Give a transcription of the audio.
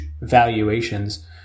valuations